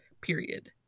period